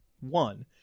One